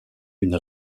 une